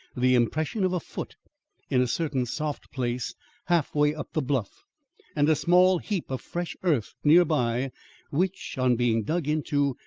the impression of a foot in a certain soft place halfway up the bluff and a small heap of fresh earth nearby which, on being dug into,